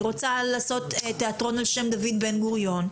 היא רוצה לעשות תיאטרון על שם דוד בן גוריון,